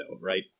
right